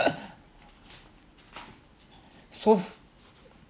so